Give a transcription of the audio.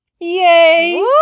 Yay